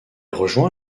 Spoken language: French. rejoint